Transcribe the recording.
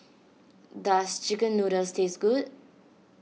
does Chicken Noodles taste good